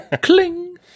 cling